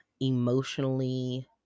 emotionally